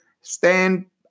stand